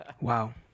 Wow